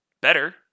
better